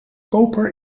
koper